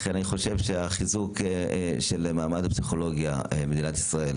לכן אני חושב שהחיזוק של מעמד הפסיכולוגיה במדינת ישראל